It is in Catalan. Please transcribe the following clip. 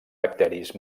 bacteris